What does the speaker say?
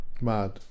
Mad